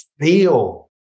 feel